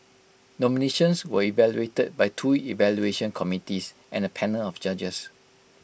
nominations were evaluated by two evaluation committees and A panel of judges